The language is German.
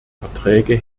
verträge